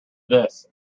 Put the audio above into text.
this